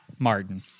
martin